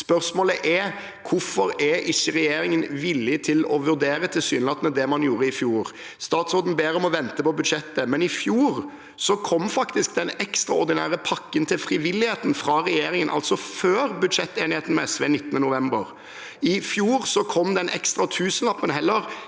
Spørsmålet er: Hvorfor er regjeringen tilsynelatende ikke villig til å vurdere det man gjorde i fjor? Statsråden ber en om å vente på budsjettet, men i fjor kom faktisk den ekstraordinære pakken til frivilligheten fra regjeringen før budsjettenigheten med SV den 29. november. I fjor kom den ekstra tusenlappen heller